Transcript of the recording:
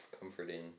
comforting